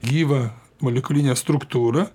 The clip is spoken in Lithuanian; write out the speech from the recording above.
gyvą molekulinę struktūrą